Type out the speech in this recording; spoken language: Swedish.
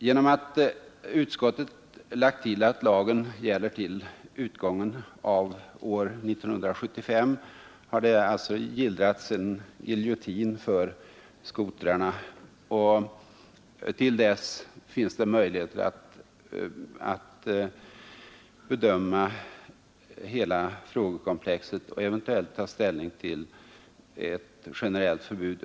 Genom att utskottet har tillagt att lagen gäller endast till utgången av år 1975 har det gillrats en giljotin för skotrarna, och under tiden har vi möjligheter att bedöma hela frågekomplexet och att eventuellt ta ställning till ett generellt förbud.